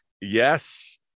Yes